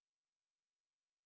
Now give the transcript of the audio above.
hello